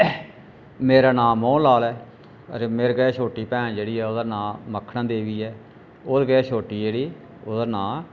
मेरा नां मोहन लाल ऐ ते मेरे कशा छोटी भैन ओह्दा नां मक्खना देवी ऐ ओह्दे कोला छोटी जेह्ड़ी ओह्दा नां